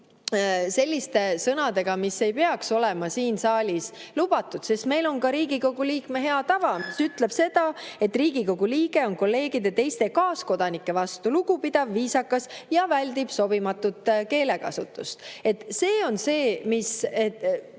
selliste sõnadega, mis ei peaks olema siin saalis lubatud, sest meil on ka Riigikogu liikme hea tava, mis ütleb seda, et Riigikogu liige on kolleegide, teiste kaaskodanike vastu lugupidav, viisakas ja väldib sobimatut keelekasutust. Teie õigused ei